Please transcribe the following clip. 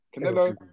Canelo